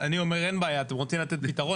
אני אומר: אתם רוצים לתת פתרון?